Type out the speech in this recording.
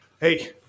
Hey